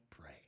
pray